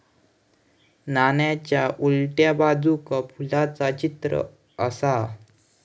नाण्याच्या उलट्या बाजूक फुलाचा चित्र आसा